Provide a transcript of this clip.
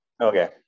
Okay